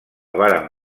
varen